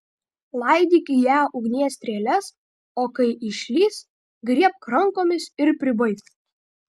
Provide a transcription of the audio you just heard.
laidyk į ją ugnies strėles o kai išlįs griebk rankomis ir pribaik